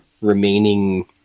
remaining